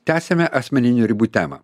tęsiame asmeninių ribų temą